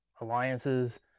alliances